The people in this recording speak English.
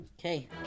Okay